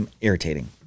irritating